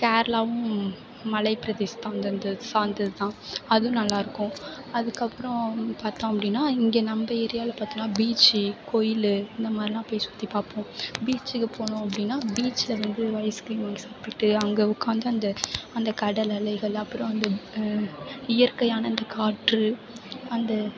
கேரளாவும் மலை பிரதேசம் அந்தந்த அதை சார்ந்தது தான் அதுவும் நல்லா இருக்கும் அதுக்கு அப்புறம் பார்த்தோம் அப்படினா இங்கே நம்ம ஏரியாவில் பார்த்தோனா பீச்சு கோயில் இந்த மாதிரிலாம் போய் சுற்றி பார்ப்போம் பீச்சுக்கு போனோம் அப்படினா பீச்சில் வந்து ஐஸ் கிரீம் வாங்கி சாப்பிட்டுட்டு அங்கே உக்காந்து அந்த அந்த கடல் அலைகள் அப்புறம் அந்த இயற்கையான அந்த காற்று அந்த